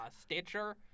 Stitcher